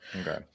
okay